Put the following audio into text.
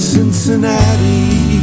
Cincinnati